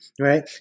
right